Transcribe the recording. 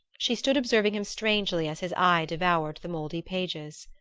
she stood observing him strangely as his eye devoured the mouldy pages.